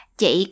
chị